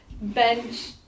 Bench